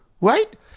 Right